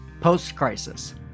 post-crisis